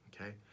Okay